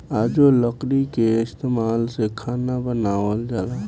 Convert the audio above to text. आजो लकड़ी के इस्तमाल से खाना बनावल जाला